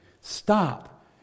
Stop